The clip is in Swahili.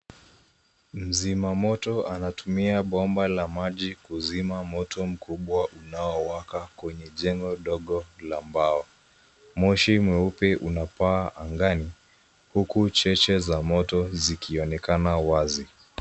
Mzima moto anatumia bomba la maji kuzima moto mkubwa unao waka kwenye jengo ndogo la mbao. Moshi mweupe unapaa angani. Huku cheche za moto zikionekana wazi.